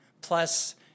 plus